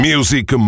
Music